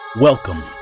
Welcome